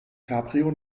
cabrio